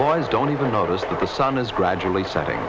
boys don't even notice that the sun is gradually setting